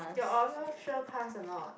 your oral sure pass or not